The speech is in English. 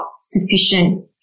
sufficient